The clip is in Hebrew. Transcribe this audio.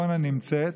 הקורונה נמצאת,